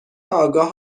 آگاه